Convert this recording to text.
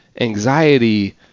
anxiety